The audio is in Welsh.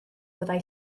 byddai